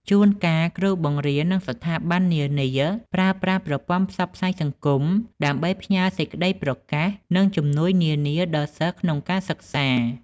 ជួនកាលគ្រូបង្រៀន និងស្ថាប័ននានាប្រើប្រាស់ប្រព័ន្ធផ្សព្វផ្សាយសង្គមដើម្បីផ្ញើសេចក្តីប្រកាស និងជំនួយនានាដល់សិស្សក្នុងសិក្សា។